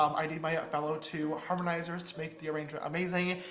um i need my fellow two harmonizers to make the arrangement amazing,